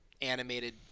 animated